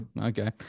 Okay